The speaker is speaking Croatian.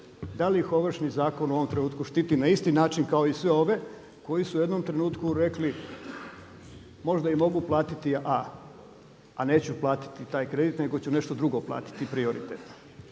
da li ih Ovršni zakon u ovom trenutku štiti na isti način kao i sve ove koji su u jednom trenutku rekli možda i mogu platiti a neću platiti taj kredit nego ću nešto drugo platiti prioritetno.